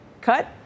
cut